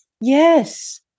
Yes